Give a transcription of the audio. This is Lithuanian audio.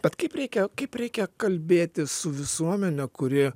bet kaip reikia kaip reikia kalbėtis su visuomene kuri